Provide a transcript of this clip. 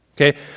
Okay